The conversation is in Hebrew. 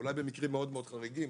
אולי במקרים מאוד מאוד חריגים,